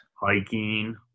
Hiking